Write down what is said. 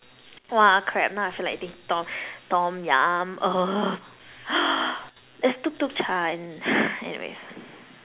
!wah! crap now I feel like eating tom tom-yum there's tuk-tuk-cha and anyways